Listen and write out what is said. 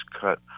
cut